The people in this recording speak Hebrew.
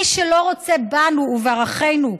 מי שלא רוצה בנו ובערכינו,